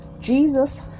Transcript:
Jesus